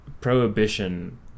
prohibition